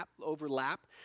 overlap